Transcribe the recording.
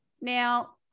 now